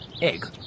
Egg